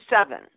seven